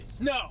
no